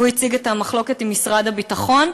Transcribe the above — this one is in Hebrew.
והוא הציג את המחלוקת עם משרד הביטחון.